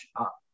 up